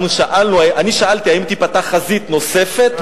אנחנו שאלנו, אני שאלתי: האם תיפתח חזית נוספת?